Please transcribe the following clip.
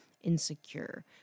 insecure